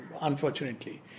unfortunately